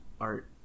art